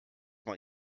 man